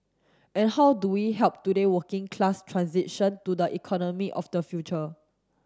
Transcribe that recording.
and how do we help today working class transition to the economy of the future